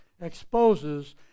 exposes